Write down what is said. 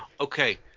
Okay